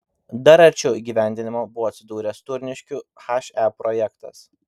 dar arčiau įgyvendinimo buvo atsidūręs turniškių he projektas